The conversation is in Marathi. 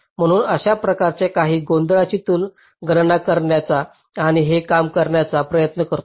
म्हणून अशा प्रकारच्या काही गोंधळांची गणना करण्याचा आणि हे कमी करण्याचा प्रयत्न करतो